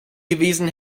gewesen